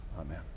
Amen